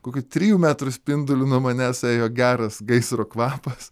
kokių trijų metrų spinduliu nuo manęs ėjo geras gaisro kvapas